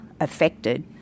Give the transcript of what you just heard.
affected